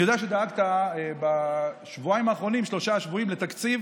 אני יודע שדאגת בשבועיים-שלושה האחרונים לתקציב